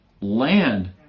land